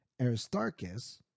Aristarchus